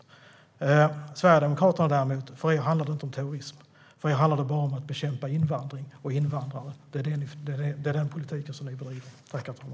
För er sverigedemokrater, däremot, handlar det inte om terrorism. För er handlar det bara om att bekämpa invandring och invandrare. Det är den politik som ni bryr er om.